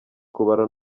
kubara